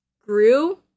grew